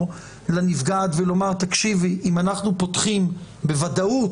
לנפגעת ולומר לה שאם אתם פותחים בוודאות,